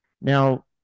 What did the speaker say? Now